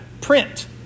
print